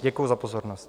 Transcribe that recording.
Děkuji za pozornost.